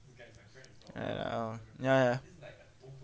and um ya ya